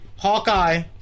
Hawkeye